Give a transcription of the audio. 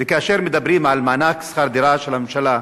וכאשר מדברים על מענק שכר דירה של הממשלה,